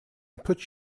put